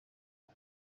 nta